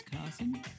Carson